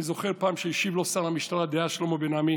אני זוכר שפעם השיב לו שר המשטרה דאז שלמה בן עמי